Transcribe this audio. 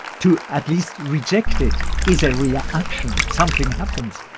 to at least reject it is a reaction. something happens.